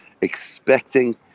expecting